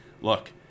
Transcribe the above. look